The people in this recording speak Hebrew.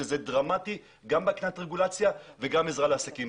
שזה דרמטי גם מבחינת רגולציה וגם עזרה לעסקים.